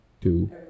two